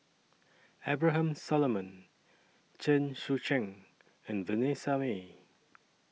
Abraham Solomon Chen Sucheng and Vanessa Mae